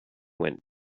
went